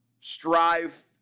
strive